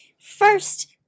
First